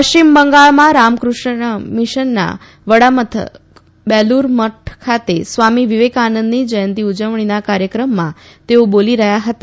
પશ્ચિમ બંગાળમાં રામકુષ્ણ મિશનના વડામથક બેલૂર મઠ ખાતે સ્વામિ વિવેકાનંદની જ્યંતિની ઉજવણીના કાર્યક્રમમાં તેઓ બોલી રહ્યા હતા